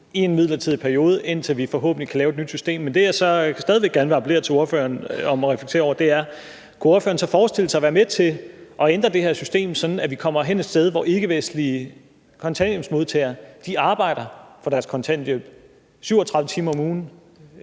i en midlertidig periode, indtil vi forhåbentlig kan lave et nyt system. Men det, jeg stadig væk gerne vil appellere til ordføreren om at reflektere over, er: Kunne ordføreren så forestille sig at være med til at ændre det her system, sådan at vi kommer hen et sted, hvor ikkevestlige kontanthjælpsmodtagere arbejder for deres kontanthjælp – 37 timer om ugen,